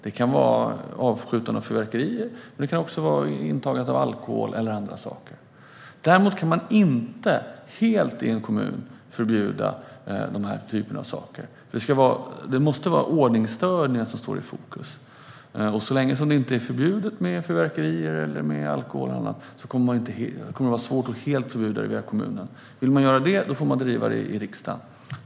Det kan vara uppskjutande av fyrverkerier, intagande av alkohol eller andra saker. Däremot kan man inte i en kommun helt förbjuda den här typen av saker. Det måste vara ordningsstörningar som står i fokus. Så länge som det inte är förbjudet med fyrverkerier, alkohol eller annat kommer det att vara svårt att helt förbjuda det via kommunen. Vill man göra det får man driva den frågan i riksdagen.